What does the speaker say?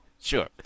Sure